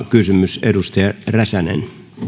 kysymys edustaja räsänen arvoisa